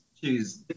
choose